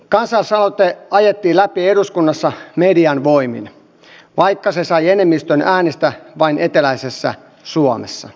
kansalaisaloite ajettiin läpi eduskunnassa median voimin vaikka se sai enemmistön äänistä vain eteläisessä suomessa